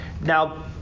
now